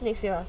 next year